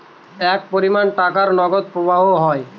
এক পরিমান টাকার নগদ প্রবাহ হয়